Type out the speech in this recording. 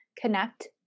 Connect